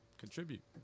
contribute